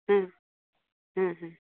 ᱦᱮᱸ ᱦᱮᱸ ᱦᱮᱸ